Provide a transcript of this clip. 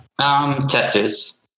Testers